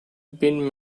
been